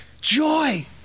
joy